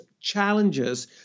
challenges